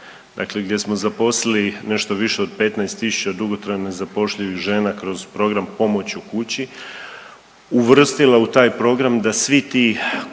dakle gdje smo zaposliti nešto više od 15000 dugotrajno nezapošljivih žena kroz program Pomoć u kući, uvrstila u taj program da svi ti koji